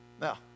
Now